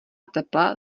tepla